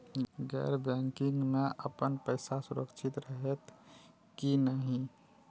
गैर बैकिंग में अपन पैसा सुरक्षित रहैत कि नहिं?